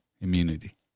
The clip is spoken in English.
immunity